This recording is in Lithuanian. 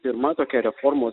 pirma tokia reformos